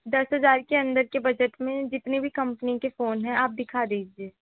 दस हज़ार के अंदर के बजट में जितने भी कंपनी के फ़ोन हैं आप दिखा दीजिए